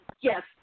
yes